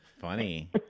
funny